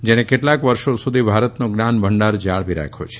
જેણે કેટલાક વર્ષો સુધી ભારતનો જ્ઞાન ભંડાર જાળવી રાખ્યો છે